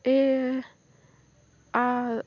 ए आ